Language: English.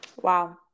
Wow